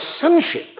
sonship